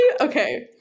Okay